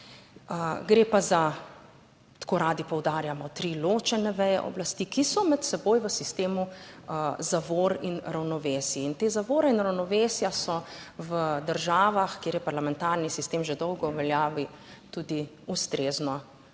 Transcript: Gre pa za, tako radi poudarjamo, tri ločene veje oblasti, ki so med seboj v sistemu zavor in ravnovesij in te zavore in ravnovesja so v državah, kjer je parlamentarni sistem že dolgo v veljavi, tudi ustrezno uporabljene